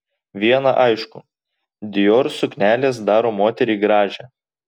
viena aišku dior suknelės daro moterį gražią